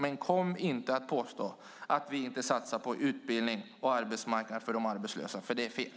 Men kom inte och påstå att vi inte satsar på utbildning och arbetsmarknad för de arbetslösa, för det är fel!